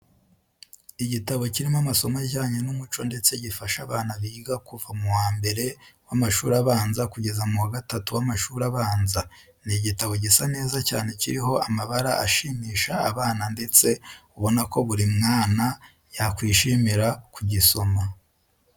Igitabo kirimo amasomo ajyanye n'umuco ndetse gifasha abana biga kuva mu wa mbere w'amashuri abanza kugeza mu wa gatatu w'amashuri abanza. Ni igitabo gisa neza cyane kiriho amabara ashimisha abana ndetse ubona ko buri mwana yakwishimira kugisoma.